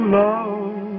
love